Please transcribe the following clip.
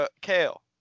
Kale